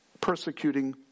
persecuting